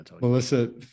Melissa